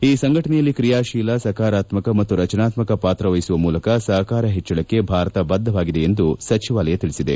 ಈ ಸಂಘಟನೆಯಲ್ಲಿ ಕ್ರಿಯಾಶೀಲ ಸಕಾರಾತ್ಮಕ ಮತ್ತು ರಚನಾತ್ಮಕ ಪಾತ್ರವಹಿಸುವ ಮೂಲಕ ಸಹಕಾರ ಹೆಚ್ಚಳಕ್ಕೆ ಭಾರತ ಬದ್ದವಾಗಿದೆ ಎಂದು ಸಚಿವಾಲಯ ತಿಳಿಸಿದೆ